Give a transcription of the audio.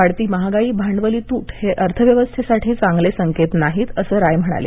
वाढती महागाई भांडवली तूट हे अर्थव्यवस्थेसाठी चांगले संकेत नाहीत असं राय म्हणाले